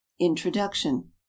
introduction